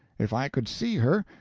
if i could see her,